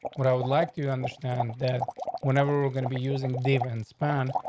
what? i would like to understand that whenever we're gonna be using dividend span,